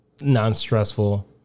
non-stressful